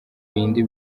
bindi